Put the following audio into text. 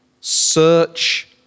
Search